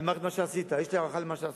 אני מעריך את מה שעשית, יש לי הערכה למה שעשית.